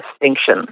distinction